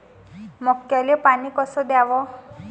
मक्याले पानी कस द्याव?